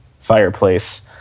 fireplace